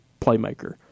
playmaker